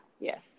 Yes